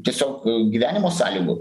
tiesiog gyvenimo sąlygų